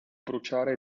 bruciare